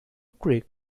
creek